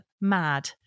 mad